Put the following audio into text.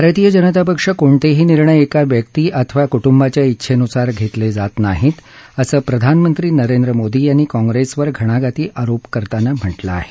भारतीय जनता पक्ष कोणतेही निर्णय एका व्यक्ती अथवा कुटुंबाच्या इच्छेनुसार घेतले जात नाहीत असं प्रधानमंत्री नरेंद्र मोदी यांनी काँग्रेसवर घणघाती आरोप करत म्हटलं आहे